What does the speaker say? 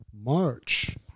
March